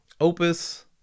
Opus